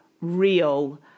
real